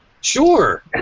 Sure